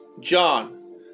John